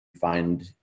find